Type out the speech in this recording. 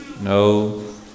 No